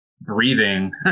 breathing